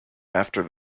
after